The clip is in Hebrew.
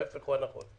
ההפך הוא הנכון.